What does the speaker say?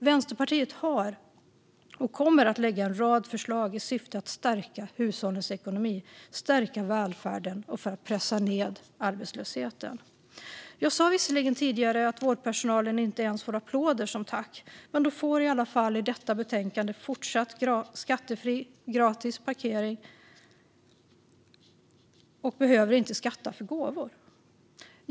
Vänsterpartiet har lagt och kommer att lägga en rad förslag i syfte att stärka hushållens ekonomi, stärka välfärden och pressa ned arbetslösheten. Jag sa visserligen tidigare att vårdpersonalen inte ens får applåder som tack, men de får i alla fall i detta betänkande fortsatt skattefri gratis parkering och behöver inte skatta för gåvor.